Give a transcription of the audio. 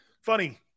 Funny